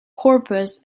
corpus